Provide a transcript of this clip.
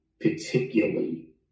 particularly